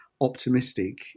optimistic